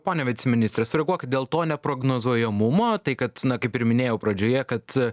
pone viceministre sureaguokit dėl to neprognozuojamumo tai kad na kaip ir minėjau pradžioje kad